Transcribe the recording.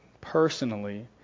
personally